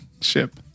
Ship